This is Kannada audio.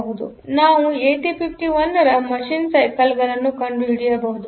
ಆದ್ದರಿಂದ ನಾವು 8051 ರ ಮಷೀನ್ ಸೈಕಲ್ವನ್ನು ಕಂಡುಹಿಡಿಯಬಹುದು